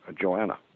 Joanna